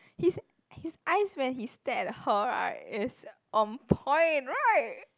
his his eyes when he stare at her right it's on point right